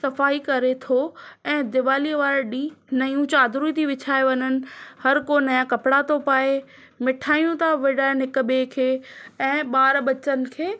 सफ़ाई करे थो ऐं दीवाली वारे ॾींहुं नयूं चादरूं थी विछायूं वञनि हर को नवां कपिड़ा थो पाए मिठाइयूं त विरायण हिकु ॿिएं खे ऐं ॿार ॿचनि खे